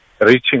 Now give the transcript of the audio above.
reaching